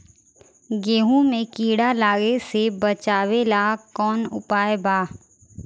गेहूँ मे कीड़ा लागे से बचावेला कौन उपाय बा?